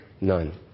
None